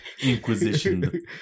Inquisition